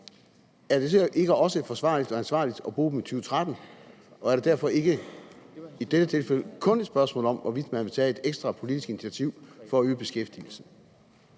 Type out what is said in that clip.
er det så ikke også forsvarligt og ansvarligt at bruge dem i 2013, og er det derfor ikke i dette tilfælde kun et spørgsmål om, hvorvidt man vil tage et ekstra politisk initiativ for at øge beskæftigelsen?